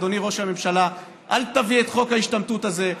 אדוני ראש הממשלה: אל תביא את חוק ההשתמטות הזה.